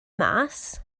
mas